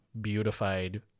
beautified